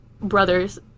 brothers